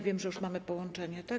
Wiem, że już mamy połączenie, tak?